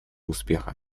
успеха